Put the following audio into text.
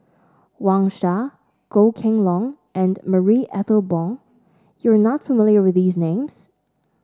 Wang Sha Goh Kheng Long and Marie Ethel Bong you are not familiar with these names